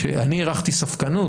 אני הרחתי ספקנות,